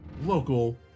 local